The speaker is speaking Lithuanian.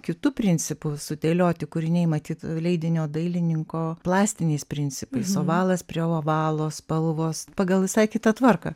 kitu principu sudėlioti kūriniai matyt leidinio dailininko plastiniais principais ovalas prie ovalo spalvos pagal visai kitą tvarką